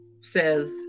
says